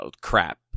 crap